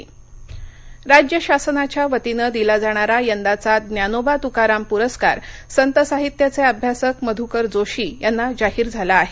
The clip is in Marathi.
ज्ञानोबा तकाराम राज्य शासनाच्या वतीनं दिला जाणारा यंदाचा ज्ञानोबा तुकाराम पुरस्कार संत साहित्याचे अभ्यासक मधुकर जोशी यांना जाहीर झाला आहे